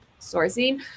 sourcing